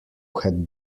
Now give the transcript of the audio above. had